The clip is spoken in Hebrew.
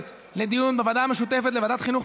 לוועדה המשותפת של ועדת החינוך,